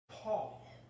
Paul